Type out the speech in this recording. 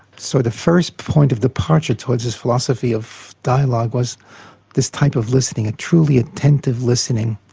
so the first point of departure towards this philosophy of dialogue was this type of listening a truly attentive listening,